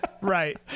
Right